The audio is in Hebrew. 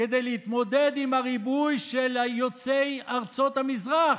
כדי להתמודד עם הריבוי של יוצאי ארצות המזרח.